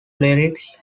lyrics